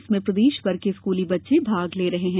इसमें प्रदेशभर के स्कुली बच्चे भाग ले रहे हैं